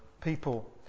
people